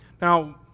Now